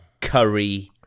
curry